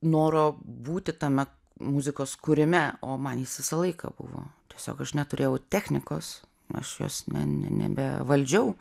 noro būti tame muzikos kūrime o man jis visą laiką buvo tiesiog aš neturėjau technikos aš jos ne nebevaldžiau